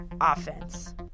offense